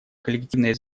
коллективной